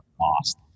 lost